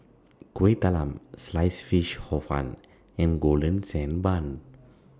Kuih Talam Sliced Fish Hor Fun and Golden Sand Bun